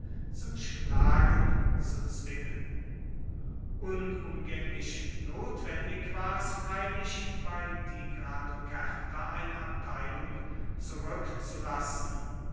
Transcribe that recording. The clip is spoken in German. zum schlagen zu zwingen unumgänglich notwendig war es freilich bei tigranokerta eine abteilung zurückzulassen